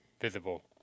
visible